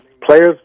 players